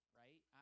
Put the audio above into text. right